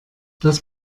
das